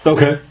Okay